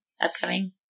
upcoming